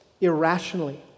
irrationally